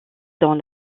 dans